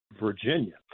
Virginia